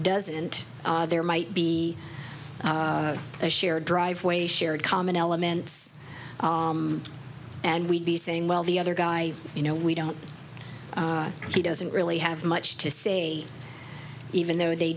doesn't there might be a shared driveway shared common elements and we'd be saying well the other guy you know we don't he doesn't really have much to say even though they